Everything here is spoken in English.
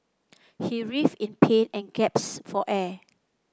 he writhed in pain and for air